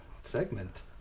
segment